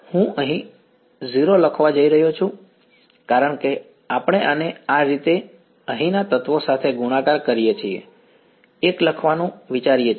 તેથી હું અહીં 0 લખવા જઈ રહ્યો છું કારણ કે આપણે આને આ રીતે અહીંના તત્વો સાથે ગુણાકાર કરીએ છીએ એક લખવાનું વિચારીએ છીએ